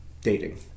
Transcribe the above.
dating